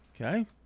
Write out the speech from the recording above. Okay